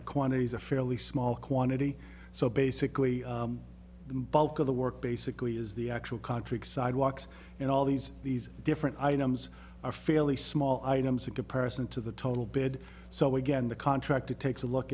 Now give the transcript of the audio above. is a fairly small quantity so basically the bulk of the work basically is the actual concrete sidewalks and all these these different items are fairly small items in comparison to the total bed so again the contractor takes a look